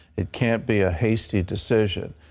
it can't be a hasty decision.